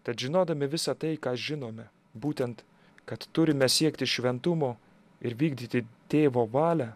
tad žinodami visą tai ką žinome būtent kad turime siekti šventumo ir vykdyti tėvo valią